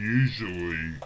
usually